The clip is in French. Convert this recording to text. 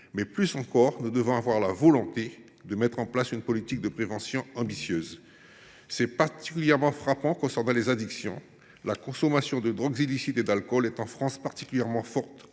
Mais plus encore, nous devons avoir la volonté de mettre en place une politique de prévention ambitieuse. C’est particulièrement frappant pour ce qui concerne les addictions. La consommation de drogues illicites et d’alcool est très élevée en France,